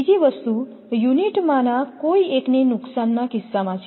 બીજી વસ્તુ યુનિટ માંના કોઈએકને નુકસાનના કિસ્સામાં છે